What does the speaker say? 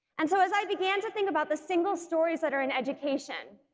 and so as i began to think about the single stories that are in education,